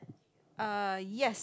uh yes